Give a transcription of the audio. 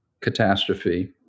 catastrophe